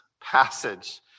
passage